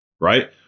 right